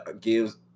gives